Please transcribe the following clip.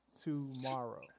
tomorrow